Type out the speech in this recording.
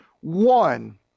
one